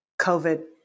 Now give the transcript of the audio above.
COVID